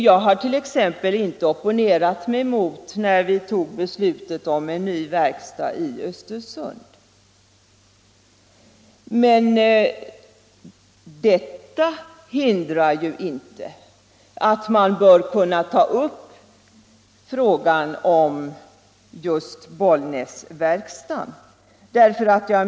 Jag har t.ex. inte opponerat mig när riksdagen tog beslutet om en ny verkstad i Östersund. Men detta hindrar ju inte att man bör kunna ta upp frågan om just Bollnäsverkstaden.